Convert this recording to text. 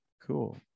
cool